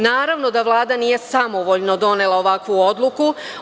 Naravno da Vlada nije samovoljno donela ovakvu odluku.